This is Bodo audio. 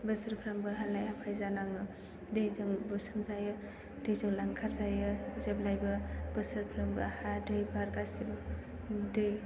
बोसोरफ्रोमबो हालाय हाफाय जानाङो दैजों बुसोम जायो दैजों लांखार जायो जेब्लायबो बोसोरफ्रोमबो हा दै बार गासैबो दै